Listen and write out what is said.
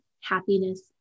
happiness